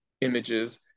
images